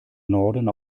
norden